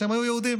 שהם היו יהודים,